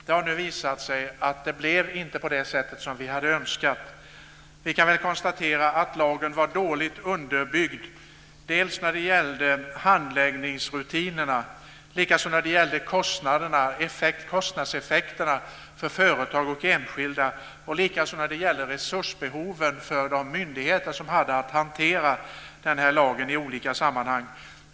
Det har nu visat sig att det inte blev på det sätt som vi hade önskat. Vi kan nu konstatera att lagen var dåligt underbyggd dels när det gällde handläggningsrutinerna, dels när det gällde kostnadseffekterna för företag och enskilda och dels när det gällde resursbehoven för de myndigheter som hade att hantera lagen.